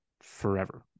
forever